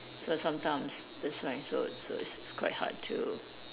so sometimes this line is so so it's quite hard to